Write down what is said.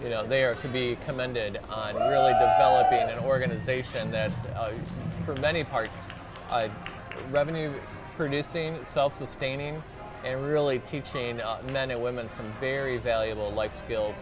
you know they are to be commended on being an organization that for many part revenue producing self sustaining ever really teaching men and women some very valuable life skills